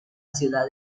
ciudad